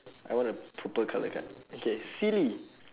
I want a purple colour card okay silly